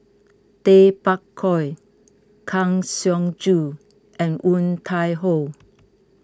Tay Bak Koi Kang Siong Joo and Woon Tai Ho